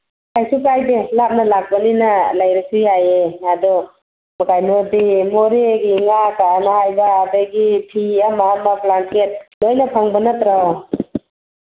ꯀꯩꯁꯨ ꯀꯥꯏꯗꯦ ꯂꯥꯞꯅ ꯂꯥꯛꯄꯅꯤꯅ ꯂꯩꯔꯁꯨ ꯌꯥꯏꯌꯦ ꯑꯗꯣ ꯀꯩꯅꯣꯗꯤ ꯃꯣꯔꯦꯒꯤ ꯉꯥ ꯀꯥꯏꯅ ꯍꯥꯏꯕ ꯑꯗꯒꯤ ꯐꯤ ꯑꯃ ꯑꯃ ꯕ꯭ꯂꯥꯡꯀꯦꯠ ꯂꯣꯏꯅ ꯐꯪꯕ ꯅꯠꯇ꯭ꯔꯣ